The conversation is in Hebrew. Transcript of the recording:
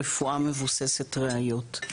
רפואה מבוססת ראיות.